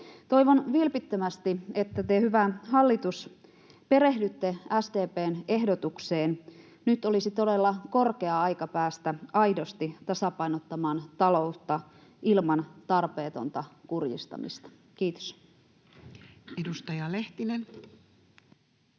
Toivon vilpittömästi, että te, hyvä hallitus, perehdytte SDP:n ehdotukseen. Nyt olisi todella korkea aika päästä aidosti tasapainottamaan taloutta ilman tarpeetonta kurjistamista. Kiitos. [Speech